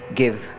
give